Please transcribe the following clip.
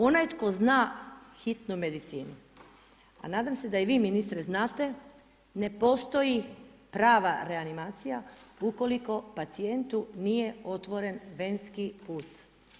Onaj tko zna hitnu medicinu a nadam se da i vi ministre znate, ne postoji prava reanimacija ukoliko pacijentu nije otvoren vensku put.